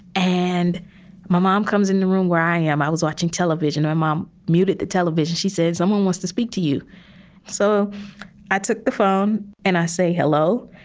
and my mom comes in the room where i am. i was watching television. my mom muted the television. she said, someone wants to speak to you so i took the phone and i say hello.